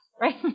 Right